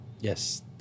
Yes